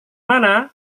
mana